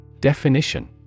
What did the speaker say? Definition